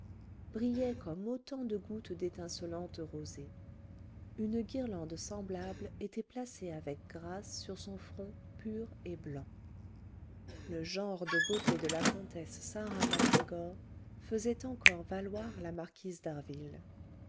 brillaient comme autant de gouttes d'étincelante rosée une guirlande semblable était placée avec grâce sur son front pur et blanc le genre de beauté de la comtesse sarah mac gregor faisait encore valoir la marquise